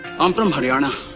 i'm from haryana.